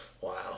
wow